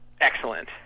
Excellent